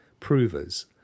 provers